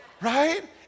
Right